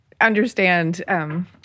understand